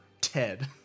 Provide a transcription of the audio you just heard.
Ted